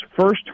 first